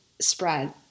spread